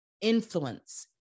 influence